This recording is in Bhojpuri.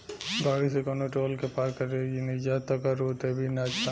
गाड़ी से कवनो टोल के पार करेनिजा त कर देबेनिजा